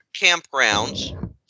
campgrounds